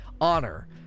honor